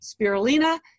Spirulina